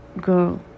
girl